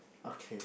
okay